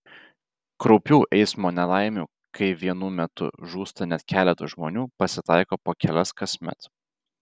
kraupių eismo nelaimių kai vienu metu žūsta net keletas žmonių pasitaiko po kelias kasmet